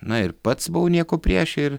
na ir pats buvau nieko prieš ir